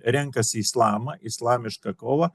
renkasi islamą islamišką kovą